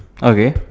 okay